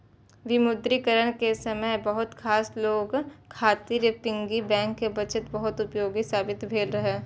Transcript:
विमुद्रीकरण के समय बहुत रास लोग खातिर पिग्गी बैंक के बचत बहुत उपयोगी साबित भेल रहै